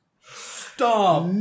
Stop